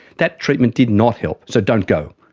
that treatment did not help, so don't go,